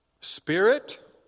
Spirit